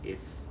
is